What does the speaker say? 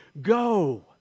go